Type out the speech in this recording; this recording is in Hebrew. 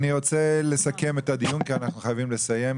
אני רוצה לסכם את הדיון כי אנחנו חייבים לסיים,